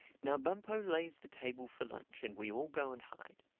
now bumpo lays the table for lunch and we all go and hide.